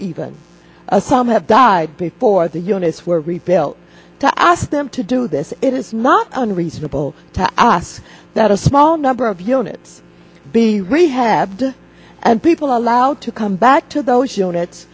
even a some have died before the units were rebuilt to ask them to do this it is not unreasonable to ask that a small number of units be rehabbed and people are allowed to come back to those units